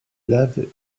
lave